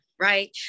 Right